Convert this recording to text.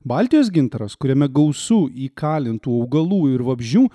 baltijos gintaras kuriame gausu įkalintų augalų ir vabzdžių